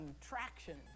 traction